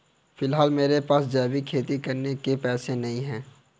फिलहाल मेरे पास जैविक खेती करने के पैसे नहीं हैं